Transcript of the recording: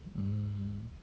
mmhmm